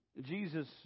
Jesus